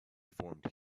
formed